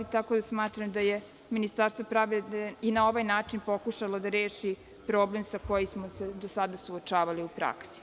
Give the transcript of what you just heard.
Tako da, smatram da je Ministarstvo pravde i na ovaj način pokušalo da reši problem sa kojim smo se do sada suočavali u praksi.